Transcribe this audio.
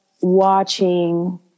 watching